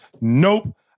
Nope